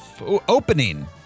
opening